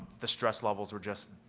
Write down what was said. the stress levels were just,